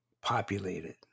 populated